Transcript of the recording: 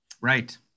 Right